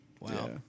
Wow